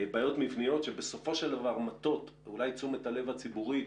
בעיות מבניות שבסופו של דבר - אולי תשומת הלב הציבורית